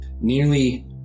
Nearly